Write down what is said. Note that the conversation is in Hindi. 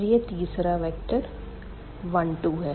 और यह तीसरा वेक्टर 1 2 है